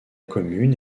commune